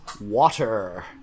water